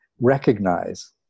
recognize